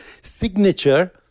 signature